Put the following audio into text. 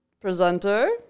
presenter